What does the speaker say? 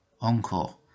Encore